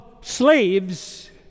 slaves